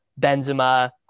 Benzema